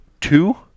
two